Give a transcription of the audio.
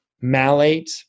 malate